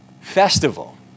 festival